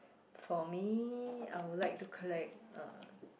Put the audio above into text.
for me I would like to collect uh